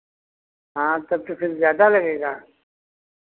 हाँ तब तो फिर ज़्यादा लगेगा